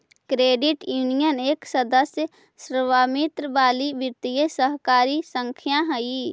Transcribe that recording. credit union एक सदस्य स्वामित्व वाली वित्तीय सरकारी संस्था हइ